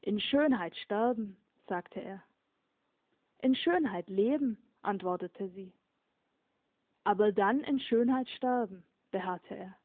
in schönheit sterben sagte er in schönheit leben antwortete sie aber dann in schönheit sterben beharrte er